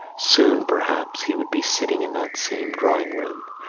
soon, perhaps, he would be sitting in that same drawing-room,